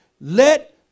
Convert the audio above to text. Let